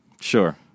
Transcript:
Sure